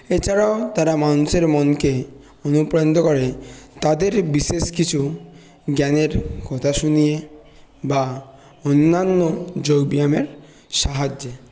এছাড়াও তারা মানুষের মনকে অনুপ্রাণিত করে তাদের বিশেষ কিছু জ্ঞানের কথা শুনিয়ে বা অন্যান্য যোগব্যায়ামের সাহায্যে